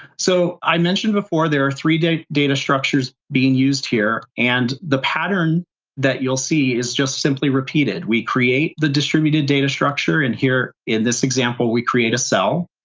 so i mentioned before, there are three data data structures being used here, and the pattern that you'll see is just simply repeated. we create the distributed data structure, and here, in this example, we create a cell,